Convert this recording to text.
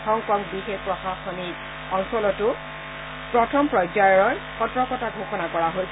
Hong Kong বিশেষ প্ৰশানিক অঞ্চলতো প্ৰথম পৰ্যায়পৰ সতৰ্কতা ঘোষণা কৰা হৈছে